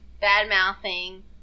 bad-mouthing